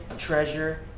treasure